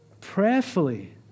prayerfully